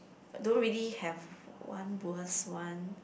don't really have one worst one